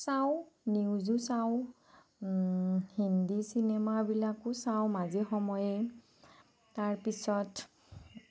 চাওঁ নিউজো চাওঁ হিন্দী চিনেমাবিলাকো চাওঁ মাজে সময়ে মই তাৰপিছত